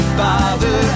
father